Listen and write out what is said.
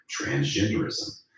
transgenderism